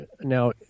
Now